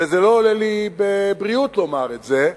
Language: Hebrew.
ולא עולה לי בבריאות לומר את זה,